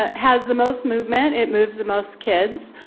ah has the most movement, it moves the most kids,